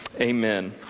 Amen